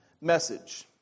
message